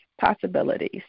possibilities